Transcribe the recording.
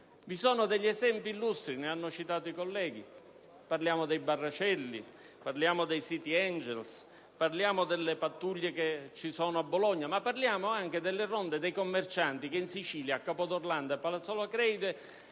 Vi sono degli esempi illustri. Ne hanno citato i colleghi: parliamo dei Barracelli, dei *City Angels*, delle pattuglie cittadine di Bologna, ma anche delle ronde dei commercianti che in Sicilia, a Capo d'Orlando e a Palazzolo Acreide,